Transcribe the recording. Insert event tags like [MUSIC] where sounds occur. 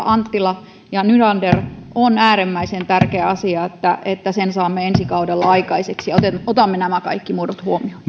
[UNINTELLIGIBLE] anttila ja nylander ottivat tuossa esiin on äärimmäisen tärkeä asia että että sen saamme ensi kaudella aikaiseksi otamme otamme nämä kaikki muodot huomioon